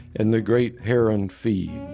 and the great heron feeds